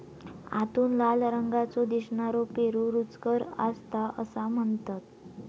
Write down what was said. आतून लाल रंगाचो दिसनारो पेरू रुचकर असता असा म्हणतत